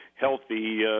healthy